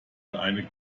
eine